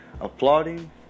applauding